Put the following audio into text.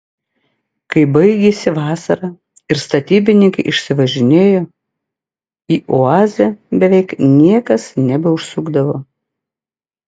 kai baigėsi vasara ir statybininkai išsivažinėjo į oazę beveik niekas nebeužsukdavo